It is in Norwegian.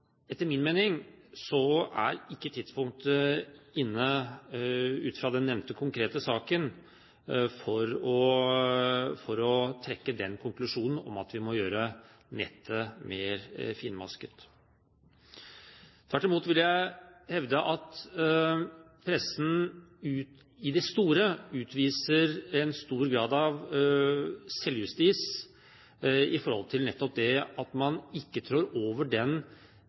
etter min mening er ikke tidspunktet inne, ut fra den nevnte konkrete saken, for å trekke den konklusjonen at vi må gjøre nettet mer finmasket. Tvert imot vil jeg hevde at pressen i det store og hele utviser en stor grad av selvjustis i forhold til nettopp det at man ikke trår over den